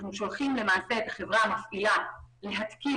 אנחנו שולחים למעשה את החברה המפעילה להתקין